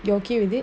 you okay with it